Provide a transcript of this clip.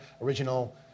original